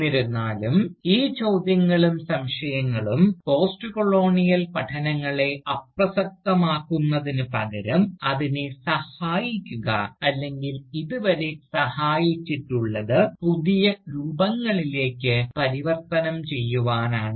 എന്നിരുന്നാലും ഈ ചോദ്യങ്ങളും സംശയങ്ങളും പോസ്റ്റ്കൊളോണിയൽ പഠനങ്ങളെ അപ്രസക്തമാക്കുന്നതിനുപകരം അതിനെ സഹായിക്കുക അല്ലെങ്കിൽ ഇതുവരെ സഹായിച്ചിട്ടുള്ളത് പുതിയ രൂപങ്ങളിലേക്ക് പരിവർത്തനം ചെയ്യുവാനാണ്